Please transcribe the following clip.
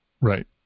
Right